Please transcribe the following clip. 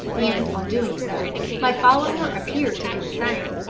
and on doing so my follower appeared to do the same.